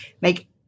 make